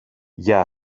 για